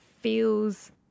feels